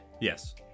Yes